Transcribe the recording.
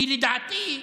כי לדעתי,